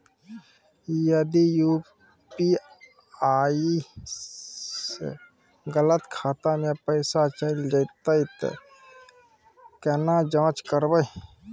यदि यु.पी.आई स गलत खाता मे पैसा चैल जेतै त केना जाँच करबे?